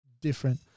different